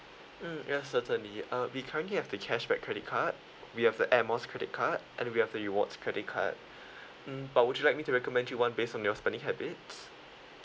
mm ya certainly uh we currently have the cashback credit card we have the air miles credit card and we have the rewards credit card mm but would you like me to recommend you one based on your spending habits